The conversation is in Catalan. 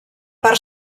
part